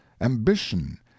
ambition